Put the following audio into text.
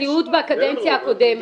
הנשיאות מתנגדת.